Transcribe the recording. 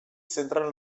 zentral